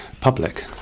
public